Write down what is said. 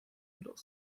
middle